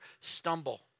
stumble